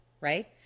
right